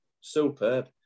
superb